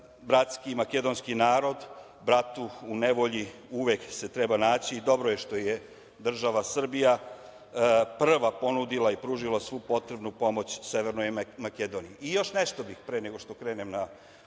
bratski makedonski narod. Bratu u nevolji uvek se treba naći i dobro je što je država Srbija prva ponudila i pružila svu potrebnu pomoć Severnoj Makedoniji. Još nešto bih pre nego što krenem na